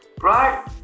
right